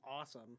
awesome